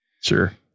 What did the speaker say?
Sure